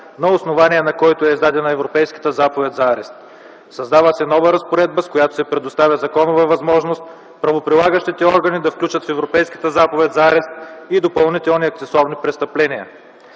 на основание на който е издадена Европейската заповед за арест. Създава се нова разпоредба, с която се предоставя законова възможност правоприлагащите органи да включват в Европейската заповед за арест и допълнителни (акцесорни) престъпления.